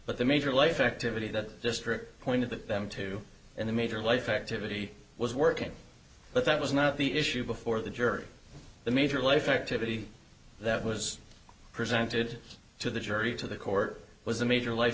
but the major life activity that this trip pointed that them to in the major life activity was working but that was not the issue before the jury the major life activity that was presented to the jury to the court was a major life